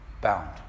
bound